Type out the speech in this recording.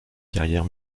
carrière